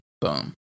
Boom